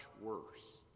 worse